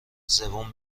زبون